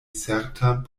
certan